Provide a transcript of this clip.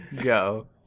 Go